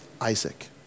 Isaac